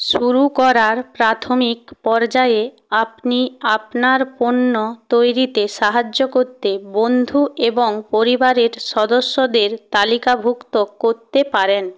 শুরু করার প্রাথমিক পর্যায়ে আপনি আপনার পণ্য তৈরিতে সাহায্য করতে বন্ধু এবং পরিবারের সদস্যদের তালিকাভুক্ত করতে পারেন